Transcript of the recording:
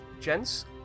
Gents